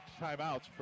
timeouts